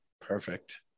Perfect